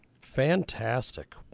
Fantastic